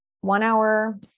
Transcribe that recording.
one-hour